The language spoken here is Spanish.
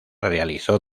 realizó